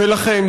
לכן,